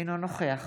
אינו נוכח